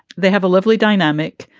they have a lovely dynamic.